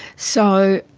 so,